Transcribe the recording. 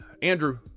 Andrew